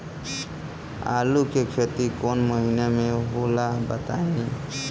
आलू के खेती कौन महीना में होला बताई?